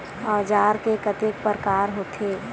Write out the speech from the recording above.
औजार के कतेक प्रकार होथे?